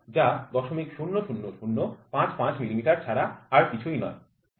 যা ০০০০৫৫ মিলিমিটার ছাড়া আর কিছুই নয় ঠিক আছে